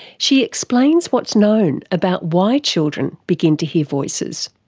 she explains what's known about why children begin to hear voices.